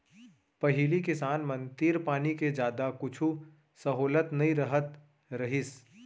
पहिली किसान मन तीर पानी के जादा कुछु सहोलत नइ रहत रहिस